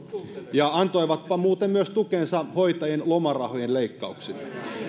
ja antoivatpa muuten myös tukensa hoitajien lomarahojen leikkauksille